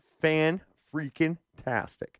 fan-freaking-tastic